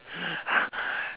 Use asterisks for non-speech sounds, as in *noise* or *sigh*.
*noise*